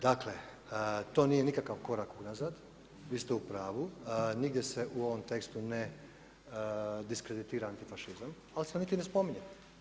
Dakle, to nije nikakav korak unazad, vi ste u pravu nigdje se u ovom tekstu ne diskreditira antifašizam ali se niti ne spominje.